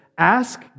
Ask